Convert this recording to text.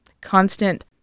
constant